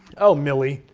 oh, milly,